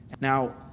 Now